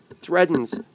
threatens